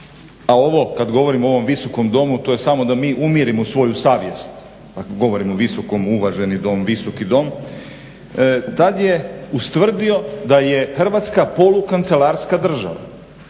a ovom kad govorim o ovom Visokom domu to je samo da mi umirimo svoju savjest, govorim o visokom, uvaženi dom, visoki dom, tad je ustvrdio da je Hrvatska polukancelarska država.